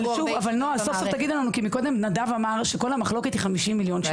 קודם נדב אמר שכל המחלוקת היא סביב 50 מיליון שקלים.